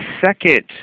second